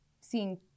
seeing